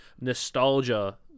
nostalgia